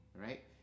right